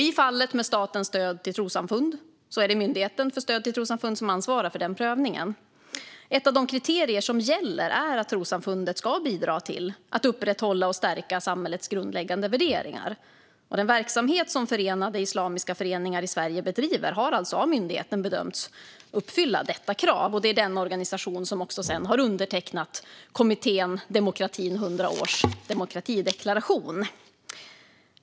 I fallet med statens stöd till trossamfund är det Myndigheten för stöd till trossamfund som ansvarar för prövningen. Ett av de kriterier som gäller är att trossamfundet ska bidra till att upprätthålla och stärka samhällets grundläggande värderingar. Den verksamhet som Förenade Islamiska Föreningar i Sverige bedriver har alltså av myndigheten bedömts uppfylla detta krav. Det är den organisation som sedan också har undertecknat demokratideklarationen från kommittén Demokratin 100 år. Fru talman!